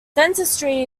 dentistry